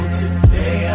today